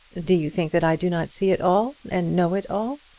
do you think that i do not see it all, and know it all?